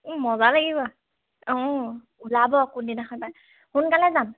মজা লাগিব অঁ ওলাব কোনদিনাখনি পাৰে সোনকালে যাম